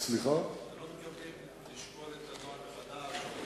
אתם לא מתכוונים לשקול את הנוהל מחדש?